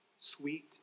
Sweet